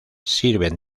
sirven